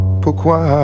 Pourquoi